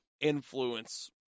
influence